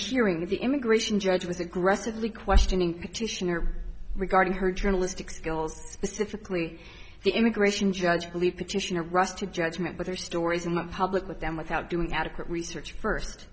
hearing of the immigration judge was aggressively questioning petitioner regarding her journalistic skills specifically the immigration judge believe petitioner rushed to judgment but their stories in the public with them without doing adequate research first